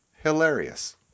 hilarious